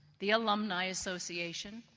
the alumni association,